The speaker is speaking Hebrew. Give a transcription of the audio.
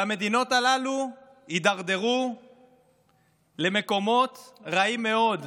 והמדינות הללו הידרדרו למקומות רעים מאוד.